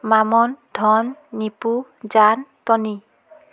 Mamun Dhan Nipu Jan Tony